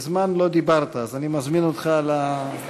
מזמן לא דיברת, אז אני מזמין אותך לדוכן.